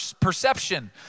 perception